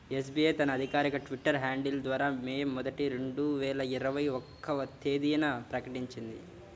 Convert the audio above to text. SBI తన అధికారిక Twitter handle ద్వారా మే మొదటి, రెండు వేల ఇరవై ఒక్క తేదీన ప్రకటించింది